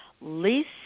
Least